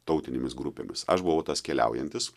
tautinėmis grupėmis aš buvau tas keliaujantis